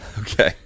okay